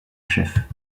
chef